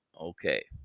Okay